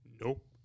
Nope